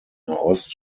nahost